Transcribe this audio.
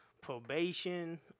probation